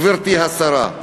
גברתי השרה,